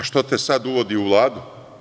Zašto te sad uvodi u Vladu?